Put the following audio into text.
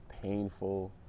Painful